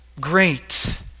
great